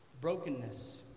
brokenness